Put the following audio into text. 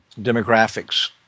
demographics